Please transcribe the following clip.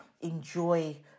enjoy